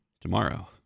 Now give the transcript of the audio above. Tomorrow